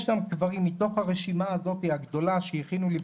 מתוך הרשימה הגדולה שהכינו לי,